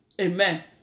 Amen